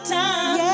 time